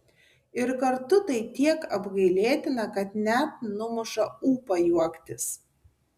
ir kartu tai tiek apgailėtina kad net numuša ūpą juoktis